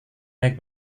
baik